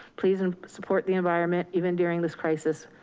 please and support the environment even during this crisis.